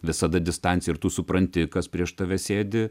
visada distancija ir tu supranti kas prieš tave sėdi